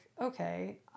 okay